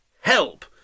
help